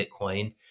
Bitcoin